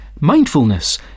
Mindfulness